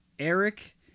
Eric